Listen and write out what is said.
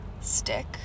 stick